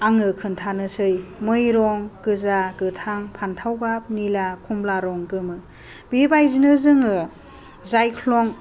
आङो खोनथानोसै मै रं गोजा गोथां फान्थाव गाब निला खमला रं गोमो बेबायदिनो जोङो जायख्लं